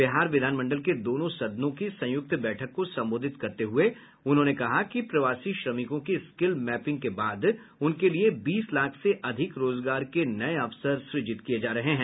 बिहार विधानमंडल के दोनों सदनों की संयुक्त बैठक को संबोधित करते हुये उन्होंने कहा कि प्रवासी श्रमिकों की स्किल मैपिंग के बाद उनके लिए बीस लाख से अधिक रोजगार के नये अवसर सुजित किये जा रहे हैं